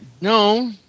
No